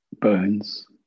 bones